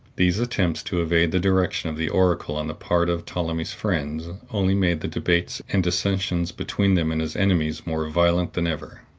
these attempts to evade the direction of the oracle on the part of ptolemy's friends, only made the debates and dissensions between them and his enemies more violent than ever.